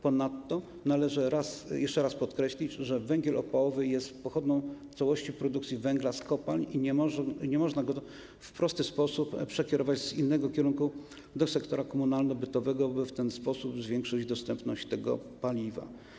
Ponadto należy jeszcze raz podkreślić, że węgiel opałowy jest pochodną całości produkcji węgla z kopalń i nie można go w prosty sposób przekierować z innego kierunku do sektora komunalno-bytowego, by w ten sposób zwiększyć dostępność tego paliwa.